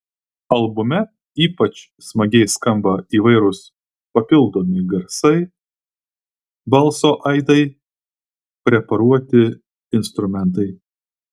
albume ypač smagiai skamba įvairūs papildomi garsai balso aidai preparuoti instrumentai